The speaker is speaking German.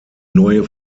neue